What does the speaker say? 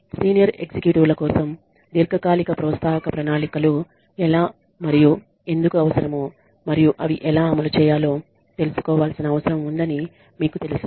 senior executive ల కోసం దీర్ఘకాలిక ప్రోత్సాహక ప్రణాళికలు ఎలా మరియు ఎందుకు అవసరమో మరియు అవి ఎలా అమలు చేయాలో తెలుసుకోవాల్సిన అవసరం ఉందని మీకు తెలుసు